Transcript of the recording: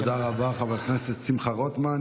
תודה רבה, חבר הכנסת שמחה רוטמן.